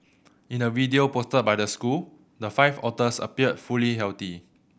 in a video posted by the school the five otters appeared fully healthy